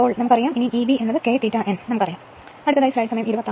നമുക്കറിയാം Eb K ∅ n